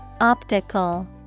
Optical